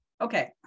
Okay